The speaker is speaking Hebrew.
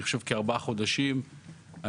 אני חושב שזה ארבעת החודשים האחרונים,